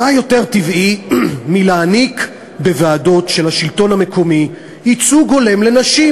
מה יותר טבעי מלהעניק בוועדות של השלטון המקומי ייצוג הולם לנשים?